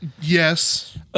yes